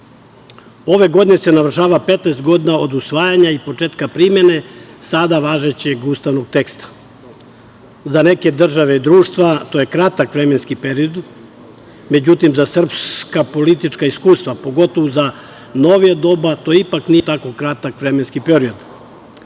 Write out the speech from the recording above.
Ove godine se navršava 15 godina od usvajanja i početka primene sada važećeg ustavnog teksta. Za neke države i društva to je kratak vremenski period, međutim, za srpska politička iskustva, pogotovo za novije doba, to ipak nije tako kratak vremenski